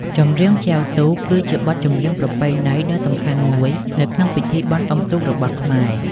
ចម្រៀងចែវទូក គឺជាបទចម្រៀងប្រពៃណីដ៏សំខាន់មួយនៅក្នុងពិធីបុណ្យអុំទូករបស់ខ្មែរ។